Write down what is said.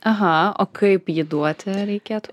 aha o kaip jį duoti reikėtų